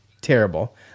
terrible